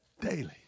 Daily